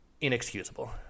inexcusable